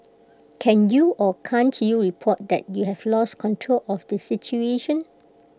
can you or can't you report that you have lost control of the situation